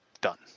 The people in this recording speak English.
done